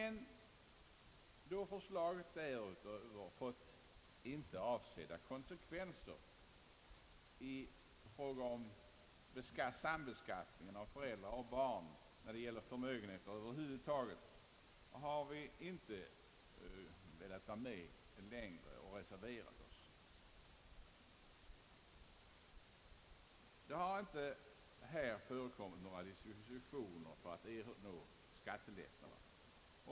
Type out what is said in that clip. Men då förslaget utöver det egentliga syftet fått icke avsedda konsekvenser i fråga om sambeskattningen av föräldrar och barn när det gäller förmögenheter över huvud taget, har vi inte velat vara med längre utan reserverat oss. Det gäller arv. Man kan här inte påstå, att vederbörande gjort dispositioner för att erhålla skattelättnader.